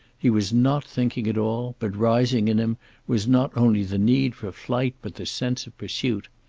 he was not thinking at all, but rising in him was not only the need for flight, but the sense of pursuit.